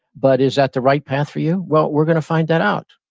but is that the right path for you? well, we're gonna find that out.